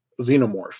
xenomorph